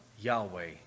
Yahweh